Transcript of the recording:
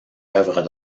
œuvres